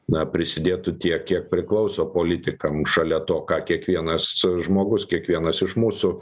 na prisidėtų tiek kiek priklauso politikam šalia to ką kiekvienas žmogus kiekvienas iš mūsų